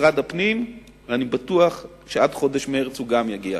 משרד הפנים, ואני בטוח שעד חודש מרס הוא גם יגיע.